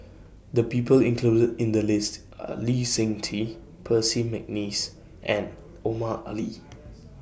The People included in The list Are Lee Seng Tee Percy Mcneice and Omar Ali